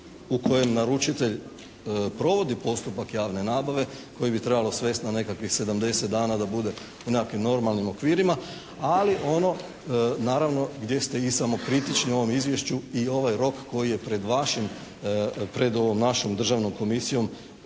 u kojem naručitelj provodi postupak javne nabave koji bi trebalo svesti na nekakvih 70 dana da bude u nekakvim normalnim okvirima. Ali ono naravno gdje ste i samokritični u ovom Izvješću i ovaj rok koji je pred vašim, pred ovom našom Državnom komisijom